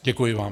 Děkuji vám.